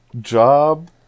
job